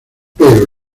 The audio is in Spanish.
pero